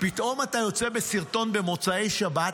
פתאום אתה יוצא בסרטון במוצאי שבת,